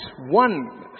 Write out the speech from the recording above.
one